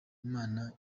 imana